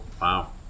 wow